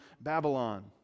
Babylon